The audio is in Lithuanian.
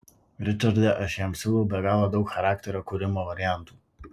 ričarde aš jam siūliau be galo daug charakterio kūrimo variantų